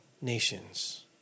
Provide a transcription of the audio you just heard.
nations